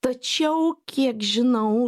tačiau kiek žinau